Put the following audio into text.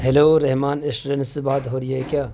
hello Rahman restaurant سے بات ہو رہی ہے کیا